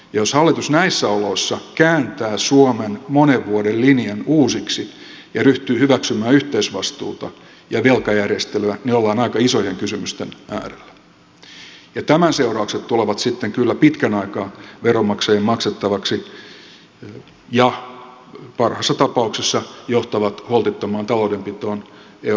jos hallitus näissä oloissa kääntää suomen monen vuoden linjan uusiksi ja ryhtyy hyväksymään yhteisvastuuta ja velkajärjestelyä me olemme aika isojen kysymysten äärellä ja tämän seuraukset tulevat sitten kyllä pitkän aikaa veronmaksajien maksettavaksi ja parhaassa tapauksessa johtavat holtittomaan taloudenpitoon euroalueella myös tulevaisuudessa